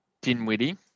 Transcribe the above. Dinwiddie